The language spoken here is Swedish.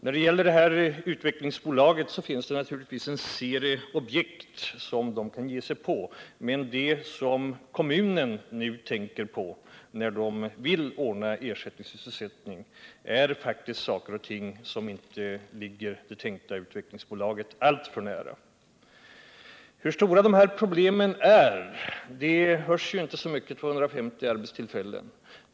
När det gäller utvecklingsbolaget finns det naturligtvis en serie objekt som bolaget kan pröva, men det som kommunen nu tänker på när den vill ordna ersättningssysselsättning är faktiskt objekt som inte ligger det tänkta utvecklingsbolaget alltför nära. Hur stora de här problemen är framgår kanske inte av siffran 250 arbetstillfällen.